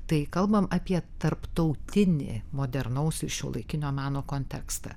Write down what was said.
tai kalbam apie tarptautinį modernaus ir šiuolaikinio meno kontekstą